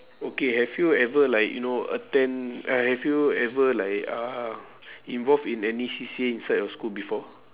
okay have you ever like you know attend uh have you ever like uh involve in any C_C_A inside your school before